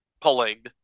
pulling